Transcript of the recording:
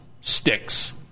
sticks